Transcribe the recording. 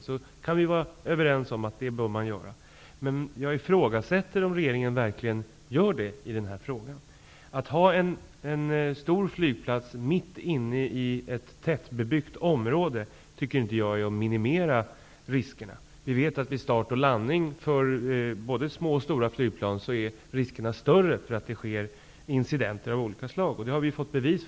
Det kan vi vara överens om, men jag ifrågasätter om regeringen verkligen gör det i den här frågan. Jag tycker inte att man minimerar riskerna genom att ha en stor flygplats mitt i ett tättbebyggt område. Vi vet att för både små och stora flygplan är riskerna för incidenter av olika slag större vid start och landning.